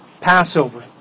Passover